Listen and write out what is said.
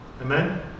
Amen